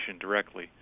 directly